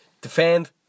defend